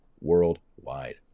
worldwide